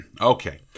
okay